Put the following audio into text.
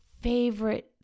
favorite